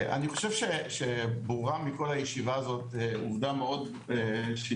אני חושב שברורה מכל הישיבה הזאת עובדה שמאוד בולטת,